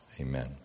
Amen